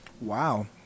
Wow